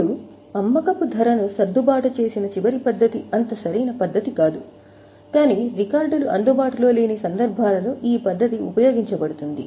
ఇప్పుడు అమ్మకపు ధరను సర్దుబాటు చేసిన చివరి పద్ధతి అంత సరి అయిన పద్ధతి కాదు కానీ రికార్డులు అందుబాటులో లేని సందర్భాలలో ఈ పద్ధతి ఉపయోగించబడుతుంది